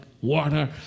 water